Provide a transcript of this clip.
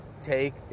take